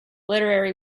literary